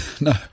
No